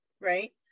Right